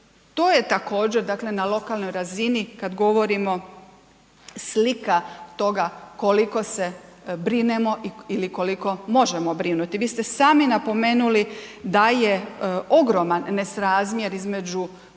to je također dakle na lokalnoj razini kad govorimo slika toga koliko se brinemo ili koliko možemo brinuti. Vi ste sami napomenuli da je ogroman nesrazmjer između